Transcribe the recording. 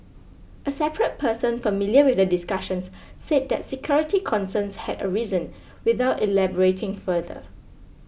a separate person familiar with the discussions said that security concerns had arisen without elaborating further